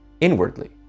inwardly